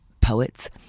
poets